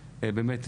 באמת,